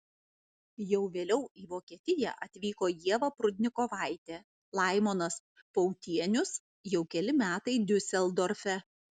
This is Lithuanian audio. jau vėliau į vokietiją atvyko ieva prudnikovaitė laimonas pautienius jau keli metai diuseldorfe